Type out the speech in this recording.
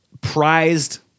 Prized